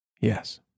Yes